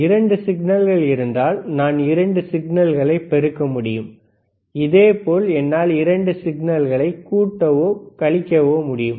2 சிக்னல்கள் இருந்தால் நான் 2 சிக்னல்களை பெருக்க முடியும் இதேபோல் என்னால் இரண்டு சிக்னல்களை கூட்டவோ குறைக்கவோ முடியும்